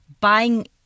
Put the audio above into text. buying